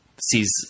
sees